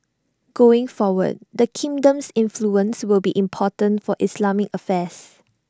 going forward the kingdom's influence will be important for Islamic affairs